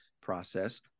process